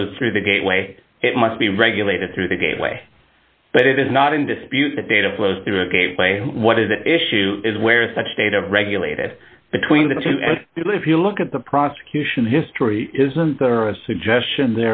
flows through the gateway it must be regulated through the gateway but it is not in dispute the data flows through a gateway what is at issue is where such data regulated between the two if you look at the prosecution history isn't there a suggestion